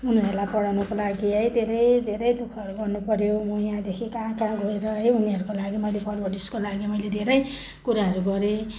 उनीहरूलाई पढाउनुको लागि है धेरै धेरै दुःखहरू गर्नु पऱ्यो म यहाँदेखि कहाँ कहाँ गएर है उनीहरूको लागि मैले पर्वरिसको लागि मैले धेरै कुराहरू गरेँ